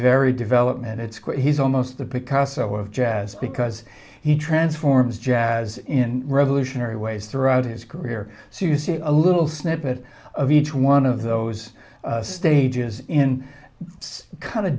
very development it's clear he's almost the picasso of jazz because he transforms jazz in revolutionary ways throughout his career so you see a little snippet of each one of those stages in kind